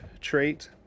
trait